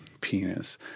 penis